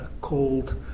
called